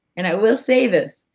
and i will say this,